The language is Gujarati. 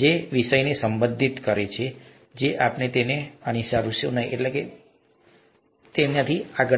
જે રીતે વિષયને સંબોધિત કરે છે તે રીતે અમે તેમને અનુસરીશું નહીં અને તેથી આગળ